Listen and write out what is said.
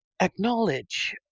acknowledge